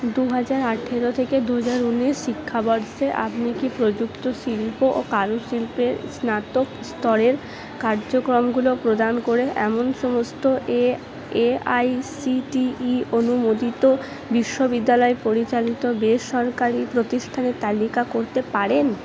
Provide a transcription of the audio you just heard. দু হাজার আঠেরো থেকে দু হাজার উনিশ শিক্ষাবর্ষে আপনি কি প্রযুক্ত শিল্প ও কারুশিল্পে স্নাতক স্তরের কার্যক্রমগুলো প্রদান করে এমন সমস্ত এ এআইসিটিই অনুমোদিত বিশ্ববিদ্যালয় পরিচালিত বেসরকারি প্রতিষ্ঠানের তালিকা করতে পারেন